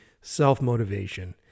self-motivation